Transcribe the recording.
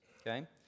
okay